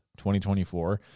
2024